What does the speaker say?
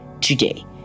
today